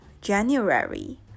January